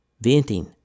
venting